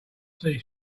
see